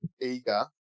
eager